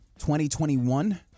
2021